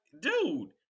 dude